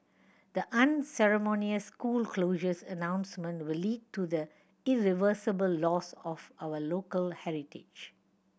the unceremonious school closures announcement will lead to the irreversible loss of our local heritage